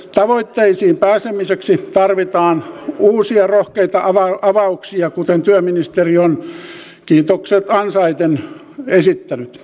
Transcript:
tavoitteisiin pääsemiseksi tarvitaan uusia rohkeita avauksia kuten työministeri on kiitokset ansaiten esittänyt